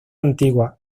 antigua